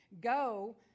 go